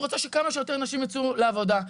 רוצה שכמה שיותר נשים יצאו לעבודה,